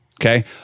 Okay